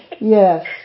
Yes